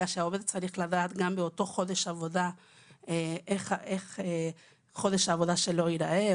אלא העובד צריך לדעת גם באותו חודש עבודה איך חודש העבודה שלו ייראה,